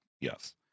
yes